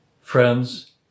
Friends